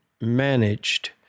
managed